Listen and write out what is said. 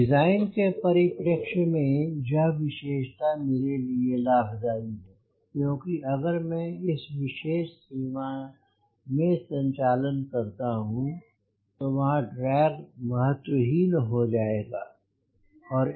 design के परिप्रेक्ष्य में यह विशेषता मेरे लिए लाभदायी है क्यों कि अगर मैं इस विशेष सीमा में सञ्चालन करता हूँ तो वहां ड्रैग महत्वहीन हो जायेगा या स्थिर रहेगा